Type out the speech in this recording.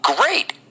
great